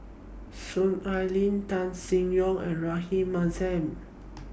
Soon Ai Ling Tan Seng Yong and Rahayu Mahzam